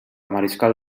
mariscal